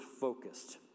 focused